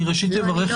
אני פה.